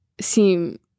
seem